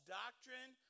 doctrine